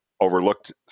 overlooked